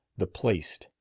the placed.